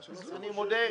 אני מודה,